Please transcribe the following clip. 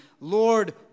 Lord